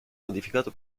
modificato